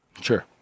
sure